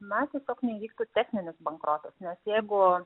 na tiesiog neįvyktų techninis bankrotas nes jeigu